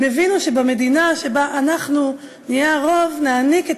הם הבינו שבמדינה שבה אנחנו נהיה הרוב נעניק את